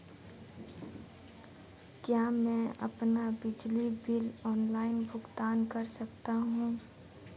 क्या मैं अपना बिजली बिल ऑनलाइन भुगतान कर सकता हूँ?